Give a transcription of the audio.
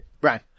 Brian